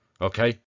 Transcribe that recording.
okay